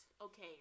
okay